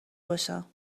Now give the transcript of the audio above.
باشم